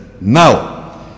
now